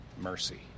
mercy